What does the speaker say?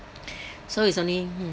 so he's only hmm